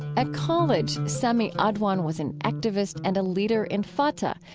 at college, sami adwan was an activist and leader in fatah,